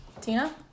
Tina